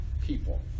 people